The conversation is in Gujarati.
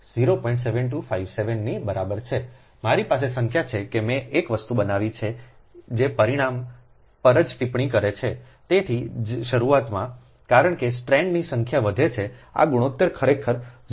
7257 ની બરાબર છે મારી પાસે સંખ્યા છે કે મેં એક વસ્તુ બનાવી છે જે પરિણામ પર જ ટિપ્પણી કરે છે તેથી જ શરૂઆતમાં કારણ કે સ્ટ્રાન્ડની સંખ્યા વધે છે આ ગુણોત્તર ખરેખર 0